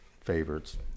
favorites